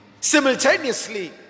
simultaneously